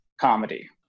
comedy